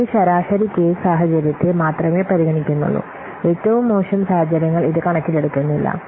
ഇത് ശരാശരി കേസ് സാഹചര്യത്തെ മാത്രമേ പരിഗണിക്കുന്നുള്ളൂ ഏറ്റവും മോശം സാഹചര്യങ്ങൾ ഇത് കണക്കിലെടുക്കുന്നില്ല